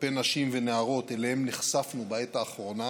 כלפי נשים ונערות שאליהם נחשפנו בעת האחרונה